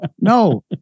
no